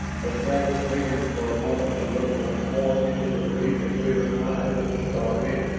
but travis lingered for a moment to look once more into the bleak and bitter eyes of the star men.